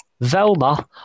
Velma